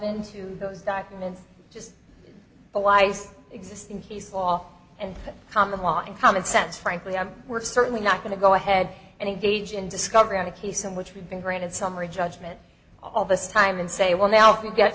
into those documents just a wise existing case law and common law and common sense frankly and we're certainly not going to go ahead and gauge in discovery on a case in which we've been granted summary judgment all this time and say well now if you get